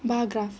bar graph